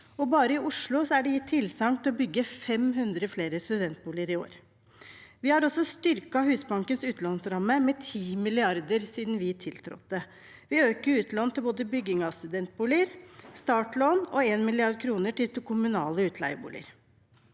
Bare i Oslo er det gitt tilsagn til å bygge 500 flere studentboliger i år. Vi har også styrket Husbankens utlånsramme med 10 mrd. kr siden vi tiltrådte. Vi øker utlån til både bygging av studentboliger, startlån og 1 mrd. kr til til kommunale utleieboliger.